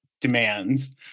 demands